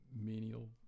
menial